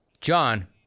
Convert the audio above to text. John